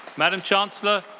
madame chancellor,